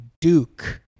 Duke